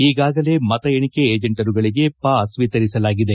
ಈಗಾಗಲೇ ಮತ ಎಣಿಕೆ ಏಜೆಂಟರುಗಳಿಗೆ ಪಾಸ್ ವಿತರಿಸಲಾಗಿದೆ